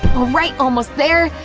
alright, almost there!